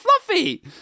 fluffy